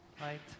right